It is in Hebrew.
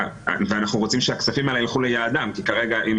אנחנו רוצים שהכספים האלה ילכו ליעדם כי כרגע אם